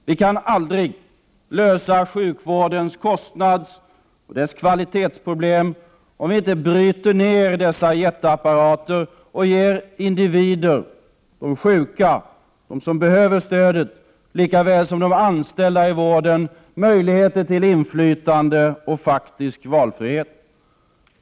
Vi kan aldrig lösa sjukvårdens kostnadsoch kvalitetsproblem om vi inte bryter ner dessa jätteapparater och ger individer, de sjuka, dem som behöver stöd lika väl som de anställda inom vården, möjlighet till inflytande och faktisk valfrihet.